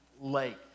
lake